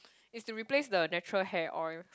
it's to replace the natural hair oil